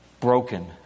broken